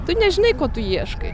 tu nežinai ko tu ieškai